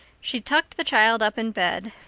she tucked the child up in bed,